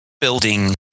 building